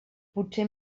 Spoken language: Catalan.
potser